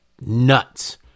nuts